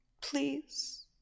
Please